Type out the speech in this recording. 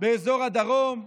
באזור הדרום.